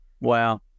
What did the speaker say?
Wow